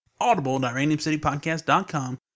audible.randomcitypodcast.com